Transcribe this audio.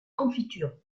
confiture